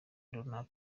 rukaba